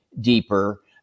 deeper